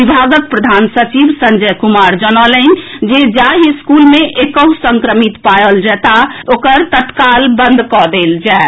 विभागक प्रधान सचिव संजय कुमार जनौलनि जे जाहि स्कूल मे एकहुं संक्रमित पाओल जाएत तऽ ओकरा तत्काल बंद कऽ देल जाएत